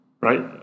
right